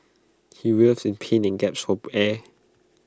he writhed in pain and gasped for air